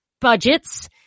budgets